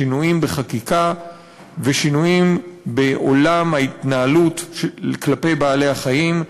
שינויים בחקיקה ושינויים בעולם בהתנהלות כלפי בעלי-החיים,